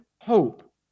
hope